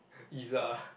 pizza